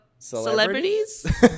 Celebrities